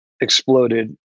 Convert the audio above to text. exploded